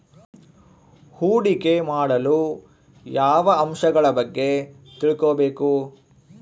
ಹೂಡಿಕೆ ಮಾಡಲು ಯಾವ ಅಂಶಗಳ ಬಗ್ಗೆ ತಿಳ್ಕೊಬೇಕು?